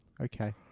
okay